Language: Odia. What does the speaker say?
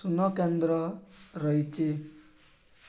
ଶୂନକେନ୍ଦ୍ର ରହିଛି